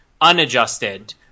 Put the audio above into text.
unadjusted